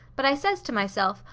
but i says to myself,